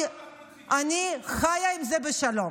אני חיה עם זה בשלום.